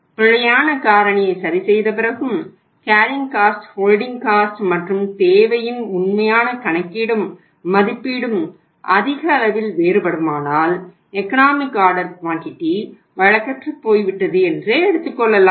பிழையான காரணியை சரிசெய்த பிறகும் கேரியிங் காஸ்ட் வழக்கற்றுப் போய்விட்டது என்றே எடுத்துக்கொள்ளலாம்